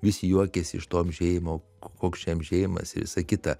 visi juokėsi iš to amžėjimo koks čia amžėjimas ir visa kita